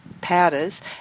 powders